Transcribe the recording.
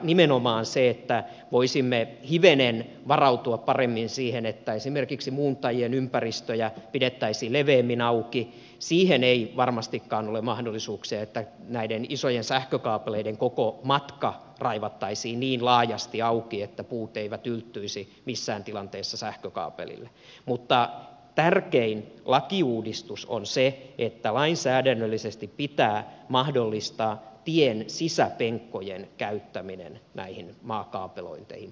nimenomaan voisimme hivenen paremmin varautua siihen että esimerkiksi muuntajien ympäristöjä pidettäisiin leveämmin auki siihen ei varmastikaan ole mahdollisuuksia että isojen sähkökaapeleiden koko matka raivattaisiin niin laajasti auki että puut eivät ylettyisi missään tilanteessa sähkökaapeliin mutta tärkein lakiuudistus on se että lainsäädännöllisesti pitää mahdollistaa tien sisäpenkkojen käyttäminen näihin maakaapelointeihin